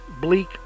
bleak